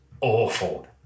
awful